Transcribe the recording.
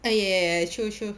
ya true true